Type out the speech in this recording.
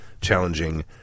challenging